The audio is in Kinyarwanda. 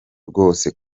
rwose